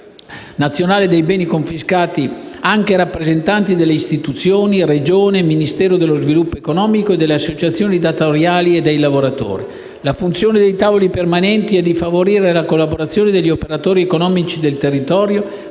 La funzione dei tavoli permanenti è di favorire la collaborazione degli operatori economici del territorio